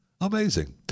amazing